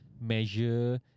measure